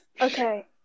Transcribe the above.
Okay